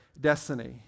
destiny